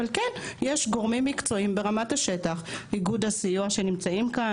אבל יש גורמים מקצועיים ברמת השטח: איגוד הסיוע שנמצאים כאן,